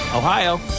Ohio